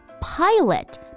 pilot